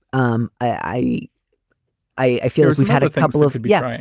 um i i feel we've had a couple of. yeah.